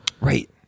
Right